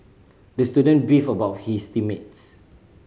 the student beefed about his team mates